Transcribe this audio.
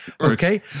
Okay